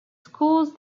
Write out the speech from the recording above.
schools